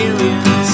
Aliens